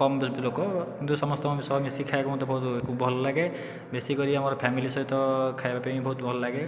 କମ ଲୋକ କିନ୍ତୁ ସମସ୍ତଙ୍କ ସହ ମିଶିକି ଖାଇବାକୁ ମୋତେ ବହୁତ ଭଲ ଲାଗେ ବେଶୀକରି ଆମର ଫ୍ୟାମିଲି ସହିତ ଖାଇବା ପାଇଁକି ବହୁତ ଭଲ ଲାଗେ